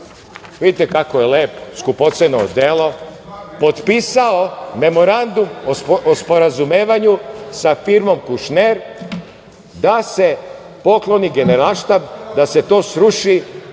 vidite kako je lep, skupoceno odelo, potpisao Memorandum o sporazumevanju sa firmom Kušner da se pokloni Generalštab, da se to sruši.